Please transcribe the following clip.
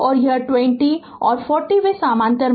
यह 20 और 40 वे समानांतर में हैं